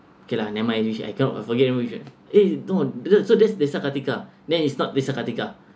okay lah never mind which I cannot I forget which ah eh no de~ so this desa kartika then it's not desa kartika